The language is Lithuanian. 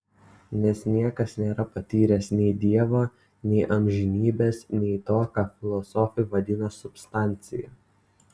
nes niekas nėra patyręs nei dievo nei amžinybės nei to ką filosofai vadina substancija